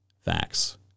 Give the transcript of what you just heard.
facts